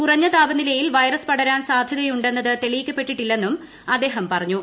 കുറഞ്ഞ താപനിലയിൽ വൈറസ് പടരാൻ സാധ്യതയുണ്ടെന്നത് തെളിയിക്കപ്പെട്ടിട്ടില്ലെന്നും അദ്ദേഹം പറഞ്ഞു